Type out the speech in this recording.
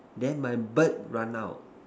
then my bird run out